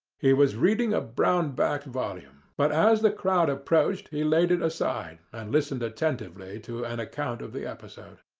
he was reading a brown-backed volume, but as the crowd approached he laid it aside, and listened attentively to an account of the episode.